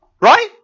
Right